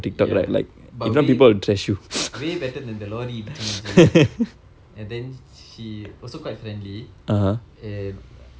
ya but way way better than the lorry இடிச்ச மூஞ்சி:idiccha munji and then she also quite friendly and